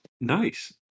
Nice